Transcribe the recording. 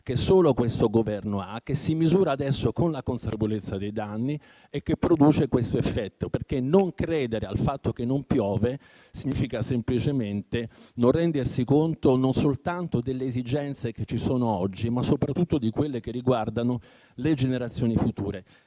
che solo questo Governo ha, che si misura adesso con la consapevolezza dei danni e che produce questo effetto. Non credere al fatto che non piove significa semplicemente non rendersi conto non soltanto delle esigenze che ci sono oggi, ma soprattutto di quelle che riguardano le generazioni future.